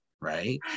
right